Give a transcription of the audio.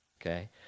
Okay